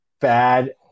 bad